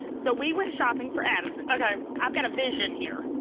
so we went shopping for addison. i've got a vision here.